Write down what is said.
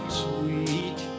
sweet